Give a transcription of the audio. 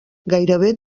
gairebé